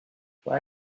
why